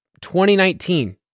2019